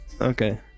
Okay